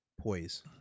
poise